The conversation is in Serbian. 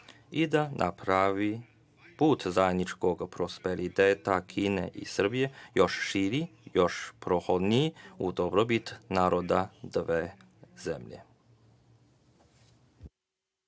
i da napravi put zajedničkog prosperiteta Kine i Srbije, još širi, još prohodniji, u dobrobit naroda dve zemlje.